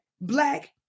black